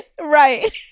Right